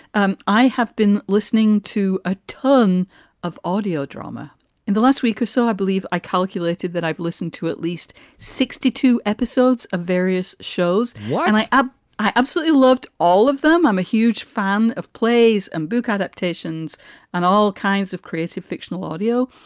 i have been listening to a ton of audio drama in the last week or so. i believe i calculated that i've listened to at least sixty two episodes of various shows. why? and i, ah i absolutely loved all of them. i'm a huge fan of plays and book adaptations and all kinds of creative fictional audio.